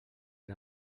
era